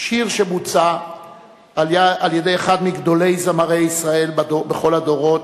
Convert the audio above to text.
שיר שבוצע על-ידי אחד מגדולי זמרי ישראל בכל הדורות,